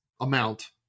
amount